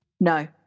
No